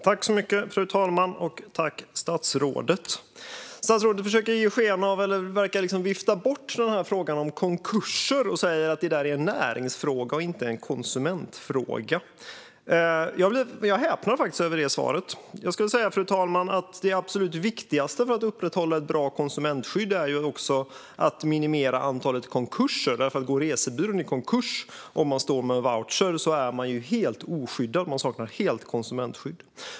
Fru talman! Statsrådet verkar vilja vifta bort frågan om konkurser och säger att det är en näringsfråga och inte en konsumentfråga. Jag häpnar faktiskt över det svaret. Jag skulle säga att det absolut viktigaste för att upprätthålla ett bra konsumentskydd, fru talman, är att också minimera antalet konkurser. Går resebyrån i konkurs när man står där med en voucher är man nämligen helt oskyddad. Man saknar helt konsumentskydd.